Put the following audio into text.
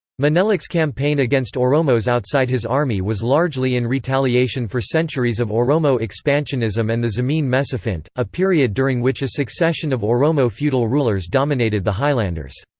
menelik's campaign against oromos outside his army was largely in retaliation for centuries of oromo expansionism and the zemene mesafint, a period during which a succession of oromo feudal rulers dominated the highlanders.